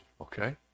okay